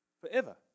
Forever